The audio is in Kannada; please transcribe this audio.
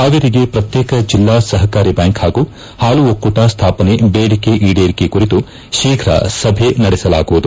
ಹಾವೇರಿಗೆ ಪ್ರತ್ಯೇಕ ಜಿಲ್ಲಾ ಸಹಕಾರಿ ಬ್ಲಾಂಕ್ ಹಾಗೂ ಹಾಲು ಒಕ್ಕೂಟ ಸ್ಥಾಪನೆ ದೇಡಿಕೆ ಈಡೇರಿಕೆ ಕುರಿತು ಶೀಘ್ರ ಸಭೆ ನಡೆಸಲಾಗುವುದು